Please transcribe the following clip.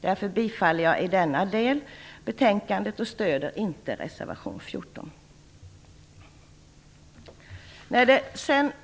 Därför bifaller jag i denna del hemställan i betänkandet och stöder inte reservation Fru talman!